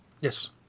Yes